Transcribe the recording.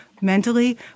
mentally